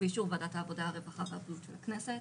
ובאישור ועדת העבודה הרווחה והבריאות של הכנסת,